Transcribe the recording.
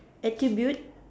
attribute